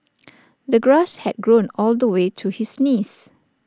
the grass had grown all the way to his knees